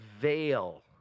veil